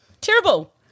Terrible